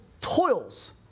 toils